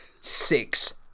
Six